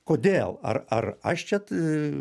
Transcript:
kodėl ar ar aš čia t